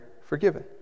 forgiven